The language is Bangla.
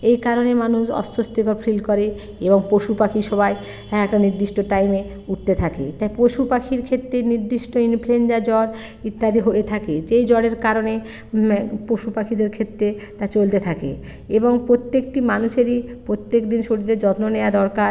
এই কারণে মানুষ অস্বস্তিকর ফিল করে এবং পশু পাখি সবাই হ্যাঁ একটা নির্দিষ্ট টাইমে উঠতে থাকে তা পশু পাখির ক্ষেত্রে নির্দিষ্ট ইনফ্লুয়েঞ্জা জ্বর ইত্যাদি হয়ে থাকে যেই জ্বরের কারণে পশু পাখিদের ক্ষেত্রে তা চলতে থাকে এবং প্রত্যেকটি মানুষেরই প্রত্যেক দিন শরীরের যত্ন নেওয়া দরকার